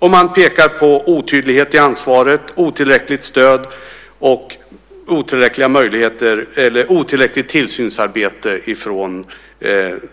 Man pekar på otydlighet i ansvaret, otillräckligt stöd och otillräckligt tillsynsarbete från